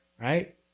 Right